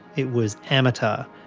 it was amateur.